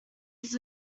his